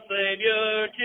Savior